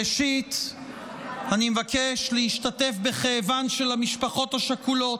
ראשית, אני מבקש להשתתף בכאבן של המשפחות השכולות.